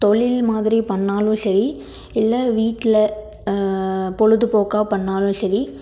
தொழில் மாதிரி பண்ணிணாலும் சரி இல்லை வீட்டில் பொழுதுபோக்கா பண்ணிணாலும் சரி